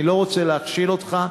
אני לא רוצה להכשיל אותך,